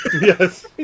Yes